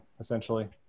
essentially